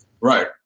Right